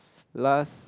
last